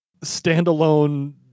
standalone